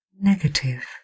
negative